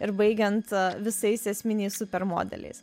ir baigiant visais esminiais supermodeliais